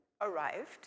arrived